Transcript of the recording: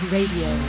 Radio